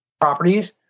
properties